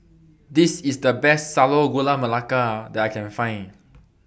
This IS The Best Sago Gula Melaka that I Can Find